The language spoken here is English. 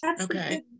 Okay